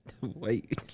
Wait